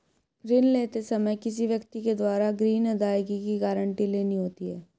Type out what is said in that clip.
ऋण लेते समय किसी व्यक्ति के द्वारा ग्रीन अदायगी की गारंटी लेनी होती है